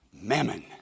Mammon